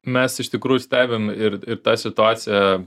mes iš tikrųjų stebim ir ir tą situaciją